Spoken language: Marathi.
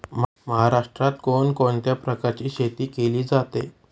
महाराष्ट्रात कोण कोणत्या प्रकारची शेती केली जाते?